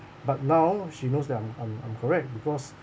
but now she knows that I'm I'm I'm correct because